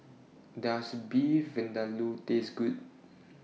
Does Beef Vindaloo Taste Good